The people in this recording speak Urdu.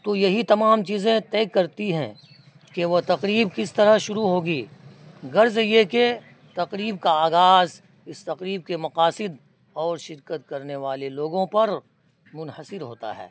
تو یہی تمام چیزیں طے کرتی ہیں کہ وہ تقریب کس طرح شروع ہوگی غرض یہ کہ تقریب کا آغاز اس تقریب کے مقاصد اور شرکت کرنے والے لوگوں پر منحصر ہوتا ہے